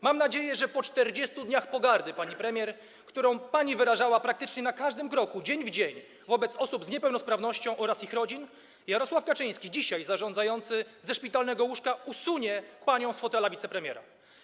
Mam nadzieję, że po 40 dniach pogardy pani premier, którą pani wyrażała praktycznie na każdym kroku, dzień w dzień wobec osób z niepełnosprawnością oraz ich rodzin, Jarosław Kaczyński, dzisiaj zarządzający ze szpitalnego łóżka, usunie panią z fotela wicepremiera.